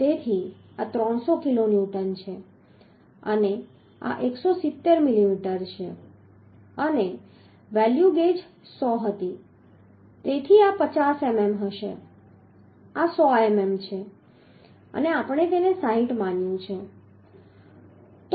તેથી આ 300 કિલોન્યુટન છે અને આ 170 મિલીમીટર છે અને વેલ્યુ ગેજ 100 હતી તેથી આ 50 mm હશે આ 100 mm છે અને આપણે તેને 60 માન્યું છે